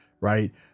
right